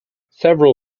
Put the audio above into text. several